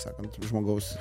sakant žmogaus